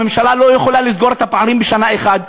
הממשלה לא יכולה לסגור את הפערים בשנה אחת,